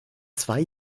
zwei